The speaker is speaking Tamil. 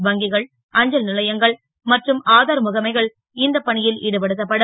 வங்கிகள் அஞ்சல் லையங்கள் மற்றும் ஆதார் முகமைகள் இந்த பணி ல் ஈடுபடுத்தப்படும்